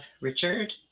Richard